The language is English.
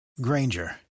Granger